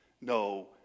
no